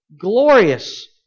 glorious